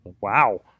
Wow